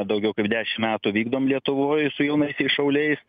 daugiau kaip dešim metų vykdom lietuvoj su jaunaisiais šauliais